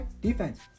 Defense